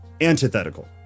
Antithetical